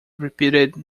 repeated